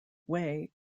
way